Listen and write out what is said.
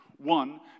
One